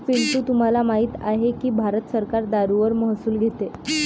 पिंटू तुम्हाला माहित आहे की भारत सरकार दारूवर महसूल घेते